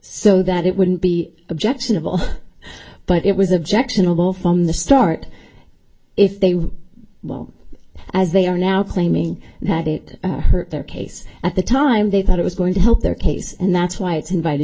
so that it wouldn't be objectionable but it was objectionable from the start if they were as they are now claiming that it hurt their case at the time they thought it was going to help their case and that's why it's invited